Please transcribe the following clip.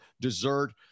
dessert